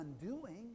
undoing